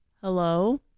Hello